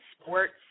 sports